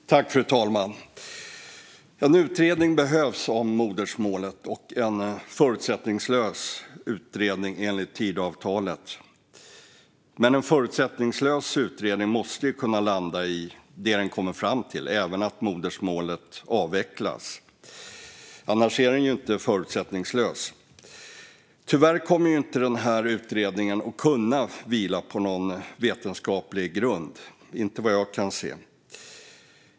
Fru talman! En utredning av modersmålsundervisningen behövs. Det ska enligt Tidöavtalet vara en förutsättningslös utredning. Men en förutsättningslös utredning måste kunna landa i det den kommer fram till, även att modersmålsundervisningen ska avvecklas. Annars är den inte förutsättningslös. Tyvärr kommer utredningen inte att kunna vila på någon vetenskaplig grund, vad jag kan se.